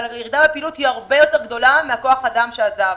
אבל היא הרבה יותר גדולה מכוח האדם שעזב.